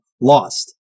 Lost